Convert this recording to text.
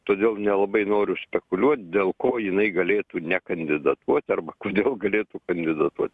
todėl nelabai noriu spekuliuot dėl ko jinai galėtų nekandidatuoti arba kodėl galėtų kandidatuot